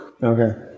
Okay